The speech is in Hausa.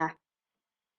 na